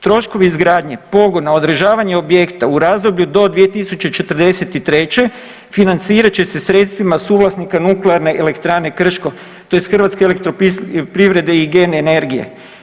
Troškovi izgradnje pogona, održavanje objekta u razdoblju do 2043. financirat će se sredstvima suvlasnika Nuklearne elektrane Krško tj. Hrvatske elektroprivrede i GEN energije.